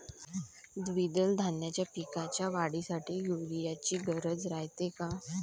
द्विदल धान्याच्या पिकाच्या वाढीसाठी यूरिया ची गरज रायते का?